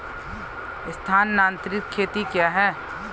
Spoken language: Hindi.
स्थानांतरित खेती क्या है?